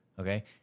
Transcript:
Okay